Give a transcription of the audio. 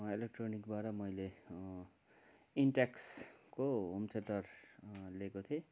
इलेक्ट्रोनिकबाट मैले इन्टेक्सको home theatre लिएको थिएँ